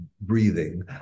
breathing